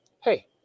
hey